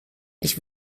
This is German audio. ich